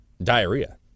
diarrhea